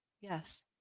Yes